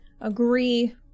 Agree